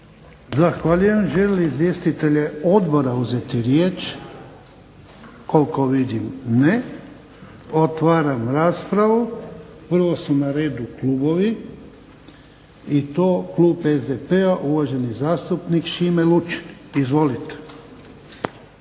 Zahvaljujem. Žele li izvjestitelji odbora uzeti riječ? Koliko vidim ne. Otvaram raspravu. Prvo su na redu klubovi i to klub SDP-a uvaženi zastupnik Šime Lučin. Izvolite.